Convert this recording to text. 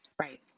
Right